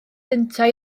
yntau